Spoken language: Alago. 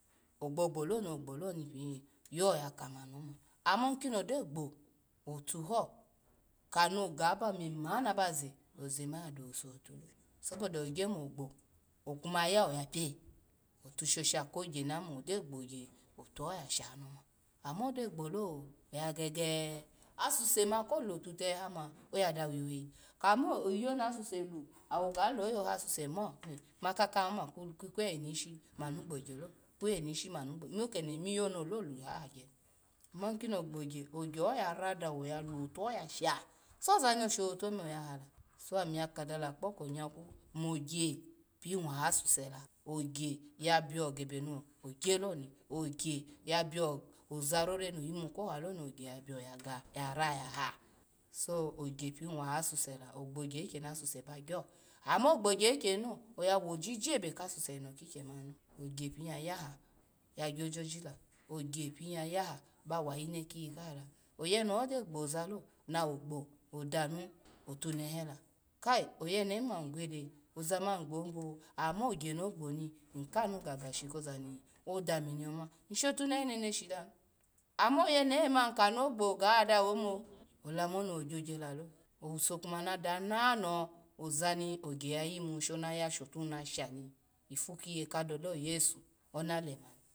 Ogbo gbolo nogbolo ni yo ya kama ni oma ama kino gyo gbo otuho kano ga aba me me nabaze, oze ma oya dotu ose lo so boda ogya mo gbo okuma ya oya dotu ose lo so boda ogya mo gbo okuma ya oya pia otushasha kogya na mo gyo gbolo oyagege asuse ma ko lo tu tehama oya da wiweyi kamo iyo na suse la, owo ga luye hoha asusu mo ma kakayi oma kweweni ishi ma nu gbogyala kwowene ishi ma nu gbogya lo, mo kede miyo nolo lu ga hagyani ama kino gbo gya ogyaho yara dawo ya lo, otu ho yasha soza ni shotu omo oya ha la, sa ami ya kadala kpoko nyaku mo gya. Pini waha asuse ogya ya biagebe no gya lo ni, ogya ya bia ozarora no yimu ko halo ni ogya ya bio yara yaha, so ogya pini waha asuse la, ogbo gya ikyeni asuse ba gyo, amo gbo gya ikyeni lo oya woji je ebe kasuse eno ikyeni lo, ogya pini ya yaha ya gyo jobila, ogya piya yaha ba wa yi ne kiyikaha la, oyene ho gyo gbo zalo nawo gbo odanu, otunehela kai oyenehi ma ny gwede, oza ma ny gbo mo amo gya no gbani ny kanu ga gashi koza no da mi niyo ma ny shotunehe neneshi danu, amaoyene oye ma kono gbo oga oya dawo oh bo, olamu ni wo gyogya lalo owuso kuma na da nanoho ozani ogya yayimu shona ya shotu na shani yifu kiye kadole oyesu nale mani.